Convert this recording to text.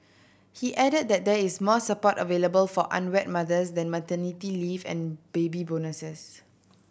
he added that there is more support available for unwed mothers than maternity leave and baby bonuses